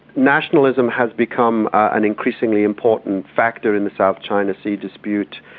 nationalism has become an increasingly important factor in the south china sea dispute.